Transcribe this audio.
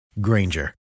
Granger